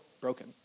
broken